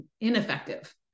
ineffective